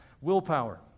Willpower